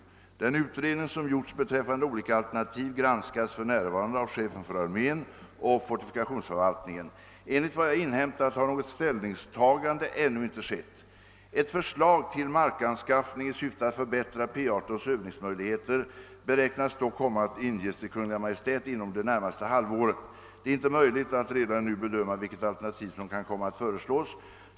Den utredning som gjorts beträffande olika alternativ granskas för närvarande av chefen för armén och fortifikationsförvaltningen. Enligt vad jag inhämtat har något ställningstagande ännu inte skett. Ett förslag till markanskaffning i syfte att förbättra P 18:s övningsmöjligheter beräknas dock komma att inges till Kungl. Maj:t inom det närmaste halvåret. Det är inte möjligt att redan nu bedöma vilket alternativ som kan komma att föreslås.